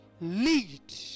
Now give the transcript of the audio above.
Lead